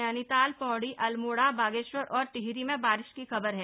नैनीताल पौड़ी अल्मोड़ा बागेश्वर और टिहरी में बारिश की खबर है